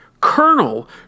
Colonel